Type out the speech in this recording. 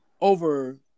over